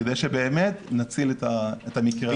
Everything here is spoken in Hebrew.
כדי שבאמת נציל את המקרה הבא.